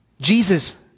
Jesus